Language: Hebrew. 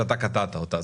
ואתה קטעת אותה.